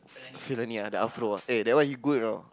fail fail only ah the afro ah eh that one you good you know